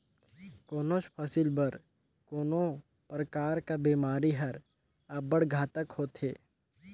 कोनोच फसिल बर कोनो परकार कर बेमारी हर अब्बड़ घातक होथे